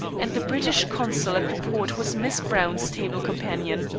and the british consul at the port was miss browne's table companion.